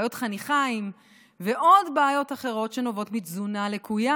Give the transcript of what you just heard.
בעיות חניכיים ועוד בעיות אחרות שנובעות מתזונה לקויה,